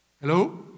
Hello